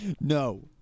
No